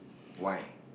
why